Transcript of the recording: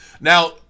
Now